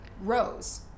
Rose